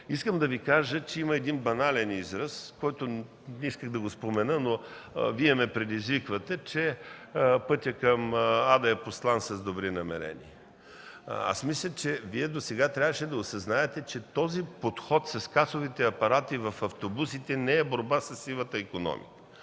Искам да Ви кажа, че има един банален израз, който не исках да спомена, но ме предизвиквате: „Пътят към ада е постлан с добри намерения.” Мисля, че досега Вие трябваше да осъзнаете, че подходът с касовите апарати в автобусите не е борба със сивата икономика,